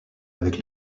avec